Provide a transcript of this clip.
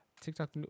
TikTok